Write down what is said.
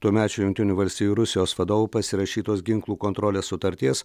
tuomečio jungtinių valstijų ir rusijos vadovų pasirašytos ginklų kontrolės sutarties